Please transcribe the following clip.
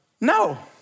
No